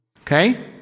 okay